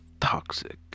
toxic